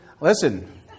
Listen